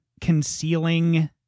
concealing